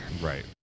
Right